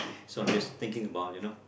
so I'm just thinking about you know